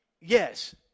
yes